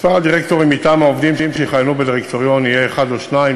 מספר הדירקטורים מטעם העובדים שיכהנו בדירקטוריון יהיה אחד או שניים,